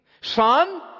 Son